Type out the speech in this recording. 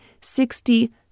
sixty